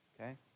Okay